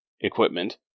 equipment